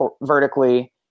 vertically